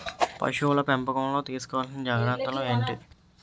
పశువుల పెంపకంలో తీసుకోవల్సిన జాగ్రత్తలు ఏంటి?